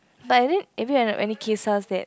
but if you if you have any cases that